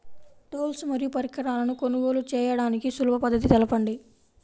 Tools మరియు పరికరాలను కొనుగోలు చేయడానికి సులభ పద్దతి తెలపండి?